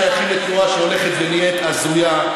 שייכים לתנועה שהולכת ונהיית הזויה,